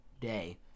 day